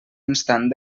instant